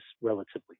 relatively